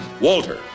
Walter